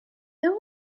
there